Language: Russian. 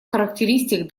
характеристик